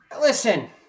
Listen